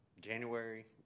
January